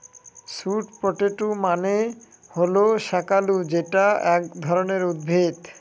sweet potato মানে হল শাকালু যেটা এক ধরনের উদ্ভিদ